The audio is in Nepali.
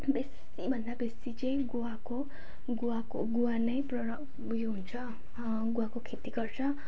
बेसी भन्दा बेसी चाहिँ गुवाको गुवाको गुवा नै प्रर उयो हुन्छ गुवाको खेती गर्छ अनि